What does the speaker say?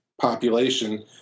population